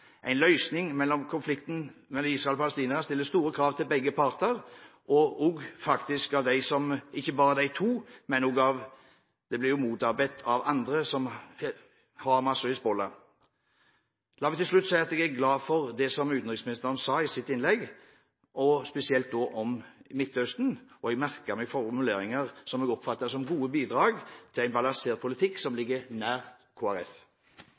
En løsning på konflikten mellom Israel og Palestina stiller store krav til begge parter, og faktisk ikke bare de to – det blir jo motarbeidet av andre, som Hamas og Hizbollah. La meg til slutt si at jeg er glad for det utenriksministeren sa i sitt innlegg, og spesielt da om Midtøsten. Jeg merket meg formuleringer som jeg oppfattet som gode bidrag til en balansert politikk som